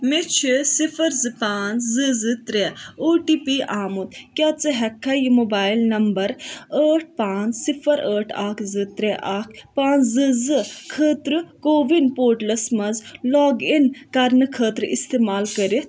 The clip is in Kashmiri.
مےٚ چھِ صِفر زٕ پانٛژھ زٕ زٕ ترٛےٚ او ٹی پی آمُت کیٛاہ ژٕ ہٮ۪ککھا یہِ موبَایل نمبر ٲٹھ پانٛژھ صِفر ٲٹھ اَکھ زٕ ترٛےٚ اَکھ پانٛژھ زٕ زٕ خٲطرٕ کووِن پوٹلَس منٛز لاگ اِن کَرنہٕ خٲطرٕ اِستعمال کٔرِتھ